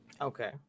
okay